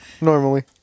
Normally